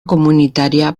comunitaria